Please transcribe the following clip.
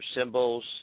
symbols